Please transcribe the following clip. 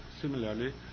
similarly